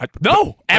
No